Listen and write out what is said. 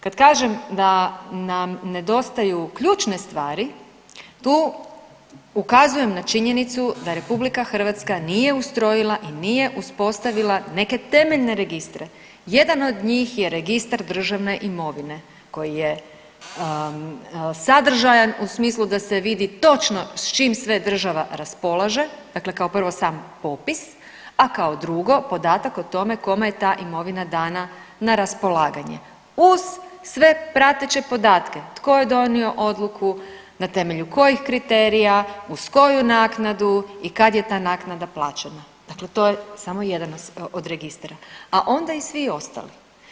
Kad kažem da nam nedostaju ključne stvari tu ukazujem na činjenicu da RH nije ustrojila i nije uspostavila neke temeljne registre, jedan od njih je Registar državne imovine koji je sadržajan u smislu da se vidi točno s čim sve država raspolaže, dakle kao prvo sam popis, a kao drugo podatak o tome kome je ta imovina dana na raspolaganje uz sve prateće podatke, tko je donio odluku, na temelju kojih kriterija, uz koju naknadu i kad je ta naknada plaćena, dakle to je samo jedan od registara, a onda i svi ostali.